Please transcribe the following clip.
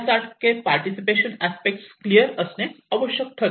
सारखे participation aspect clear असणे आवश्यक ठरते